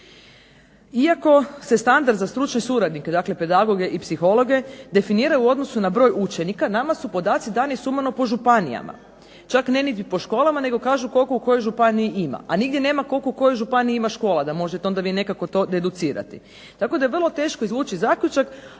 Iako se strandard za stručne suradnike dakle pedagoge i psihologe definiraju u odnosu na broj učenika nama su podaci dani sumano po županijama, čak niti ne po školama, nego kažu koliko u kojoj županiji ima. A nigdje nema koliko u kojoj županiji ima škola da onda vi to možete nekako deducirati. Tako da je vrlo teško izvući zaključak